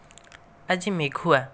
ଆଜି ମେଘୁଆ